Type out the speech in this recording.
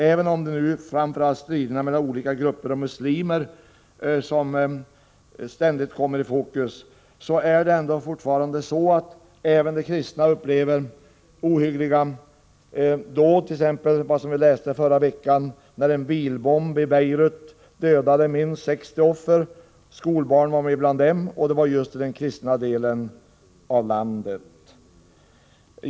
Även om det nu framför allt är striderna mellan olika grupper av muslimer som ständigt kommer i fokus, är det fortfarande så att även de kristna upplever ohyggliga dåd. Vi kunde t.ex. i förra veckan läsa att en bilbomb dödade minst 60 personer. Skolbarn fanns bland offren, och detta inträffade just i den kristna delen av landet.